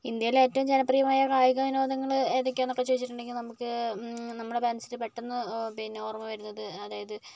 ഇന്ത്യയിലെ ഏറ്റവും ജനപ്രിയമായ കായിക വിനോദങ്ങൾ ഏതൊക്കെയാണെന്നൊക്കെ ചോദിച്ചട്ടുണ്ടെങ്കിൽ നമുക്ക് നമ്മുടെ മനസ്സിൽ പെട്ടെന്ന് പിന്നെ ഓർമ്മ വരുന്നത് അതായത്